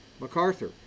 MacArthur